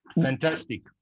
Fantastic